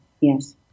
yes